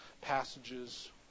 passages